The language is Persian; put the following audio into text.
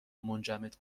منجمد